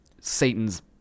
Satan's